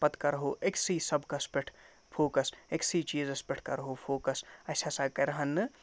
پَتہٕ کَرہو أکۍسٕے سبقَس پٮ۪ٹھ فوکَس أکۍسٕے چیٖزَس پٮ۪ٹھ کَرہو فوکَس اَسہِ ہسا کَرٕہَن نہٕ